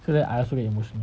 so that I also get emotional